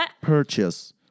purchase